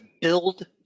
build